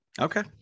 Okay